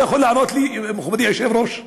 אתה יכול לענות לי, מכובדי היושב-ראש?